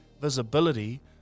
visibility